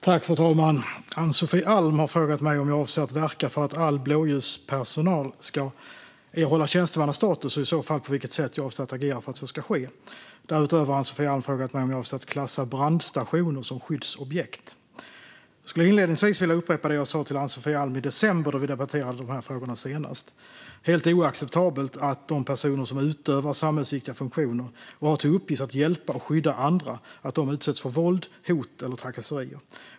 Fru talman! Ann-Sofie Alm har frågat mig om jag avser att verka för att all blåljuspersonal ska erhålla tjänstemannastatus och, i så fall, på vilket sätt jag avser att agera för att så ska ske. Därutöver har Ann-Sofie Alm frågat mig om jag avser att klassa brandstationer som skyddsobjekt. Jag skulle inledningsvis vilja upprepa det jag sa till Ann-Sofie Alm i december då vi debatterade dessa frågor senast. Det är helt oacceptabelt att de personer som utövar samhällsviktiga funktioner och har till uppgift att hjälpa och skydda andra utsätts för våld, hot eller trakasserier.